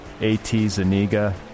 ATZaniga